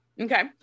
Okay